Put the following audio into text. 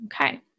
okay